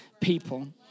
people